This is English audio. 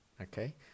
okay